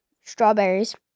Strawberries